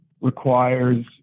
requires